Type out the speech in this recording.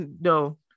no